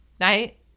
right